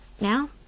now